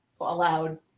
allowed